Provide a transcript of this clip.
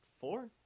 four